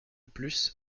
plus